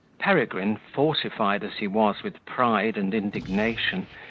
peregrine, fortified as he was with pride and indignation,